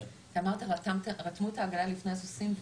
אתה אמרת שרתמו את העגלה לפני הסוסים,